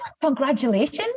Congratulations